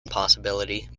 possibility